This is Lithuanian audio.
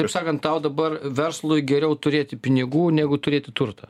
kitaip sakant tau dabar verslui geriau turėti pinigų negu turėti turtą